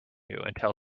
until